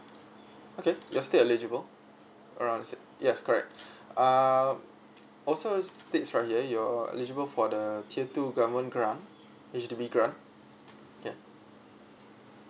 okay you're still eligible around yes correct uh also states right you're eligible for the tier two government grant H_D_B grant K